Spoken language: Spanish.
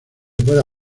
pueda